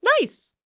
Nice